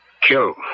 kill